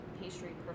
pastry